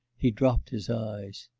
he dropped his eyes.